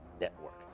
network